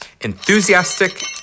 enthusiastic